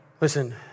Listen